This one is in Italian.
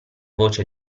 voce